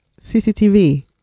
CCTV